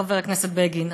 חבר הכנסת בגין,